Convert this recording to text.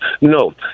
No